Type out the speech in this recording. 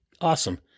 Awesome